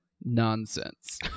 nonsense